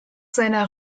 seiner